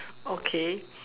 okay